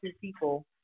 people